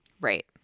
Right